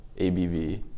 ABV